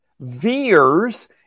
veers